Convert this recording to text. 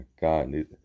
god